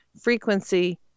frequency